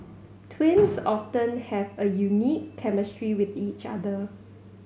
twins often have a unique chemistry with each other